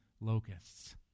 locusts